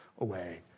away